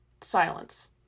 silence